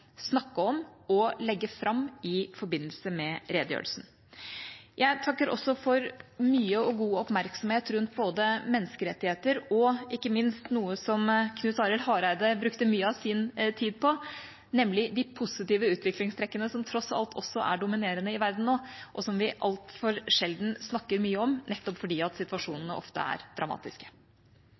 snakke om og legge fram i forbindelse med redegjørelsen. Jeg takker også for mye og god oppmerksomhet rundt både menneskerettigheter og ikke minst noe som Knut Arild Hareide brukte mye av sin tid på, nemlig de positive utviklingstrekkene som tross alt også er dominerende i verden nå, og som vi altfor sjelden snakker mye om, nettopp fordi situasjonene ofte er dramatiske.